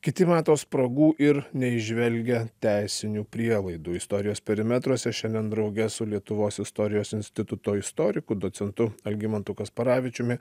kiti mato spragų ir neįžvelgia teisinių prielaidų istorijos perimetruose šiandien drauge su lietuvos istorijos instituto istoriku docentu algimantu kasparavičiumi